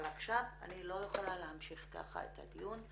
אבל עכשיו אני לא יכולה להמשיך כך את הדיון.